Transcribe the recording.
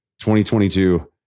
2022